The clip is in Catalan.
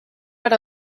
per